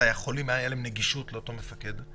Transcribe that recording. האם לחולים הייתה נגישות לאותו מפקד,